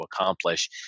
accomplish